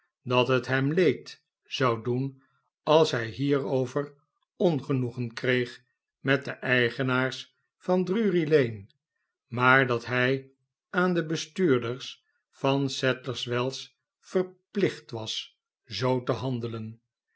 dat het hem leed zou doen als hij hierover ongenoegen kreeg met de eigenaars van drury-lane maar dat hij aan de bestuurders van sadlers wells verplicht was zoo te handelen